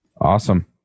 Awesome